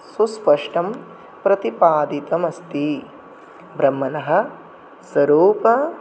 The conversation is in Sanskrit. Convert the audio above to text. सुस्पष्टं प्रतिपादितम् अस्ति ब्रह्मणः स्वरूपं